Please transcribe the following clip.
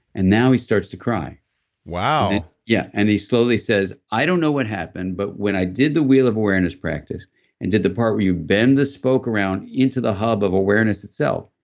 and now he starts to cry wow yeah and he slowly says, i don't know what happened, but when i did the wheel of awareness practice and did the part where you bend the spoke around into the hub of awareness itself,